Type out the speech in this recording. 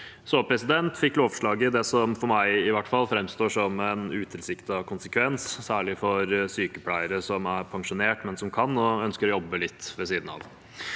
som i hvert fall for meg framstår som en utilsiktet konsekvens, særlig for sykepleiere som er pensjonert, men som kan og ønsker å jobbe litt ved siden av.